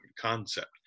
concept